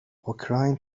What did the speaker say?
اوکراین